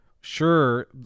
sure